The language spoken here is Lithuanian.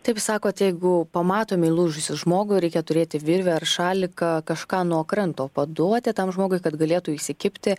taip sakot jeigu pamatom įlūžusį žmogų reikia turėti virvę ar šaliką kažką nuo kranto paduoti tam žmogui kad galėtų įsikibti